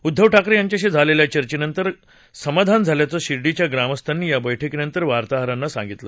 उद्दव ठाकरे यांच्याशी झालेल्या चर्चेनंतर समाधान झाल्याचं शिर्डीच्या ग्रामस्थांनी या बैठकीनंतर वार्ताहरांना सांगितलं